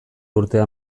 urtea